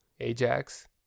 ajax